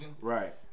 Right